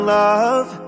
love